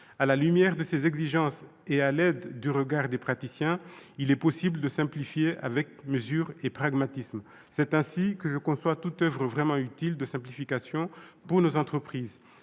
À la lumière de ces exigences et à l'aide du regard des praticiens, il est possible de simplifier avec mesure et pragmatisme. C'est ainsi que je conçois toute oeuvre de simplification vraiment utile pour nos entreprises.